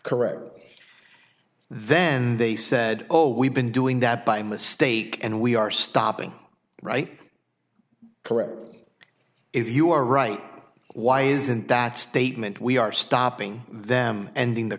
correct then they said oh we've been doing that by mistake and we are stopping right correct if you are right why isn't that statement we are stopping them ending the